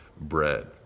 bread